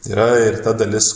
yra ir ta dalis